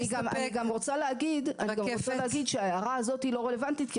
אני גם רוצה להגיד שההערה הזאת היא לא רלוונטית,